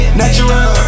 natural